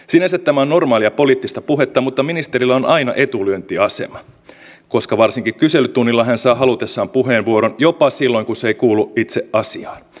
saa nähdä mihin se johtaa mutta tämä on suomen kannalta ennen kaikkea mielenkiintoinen harjoitus mitä apua on saatavilla silloin kun sitä pyytää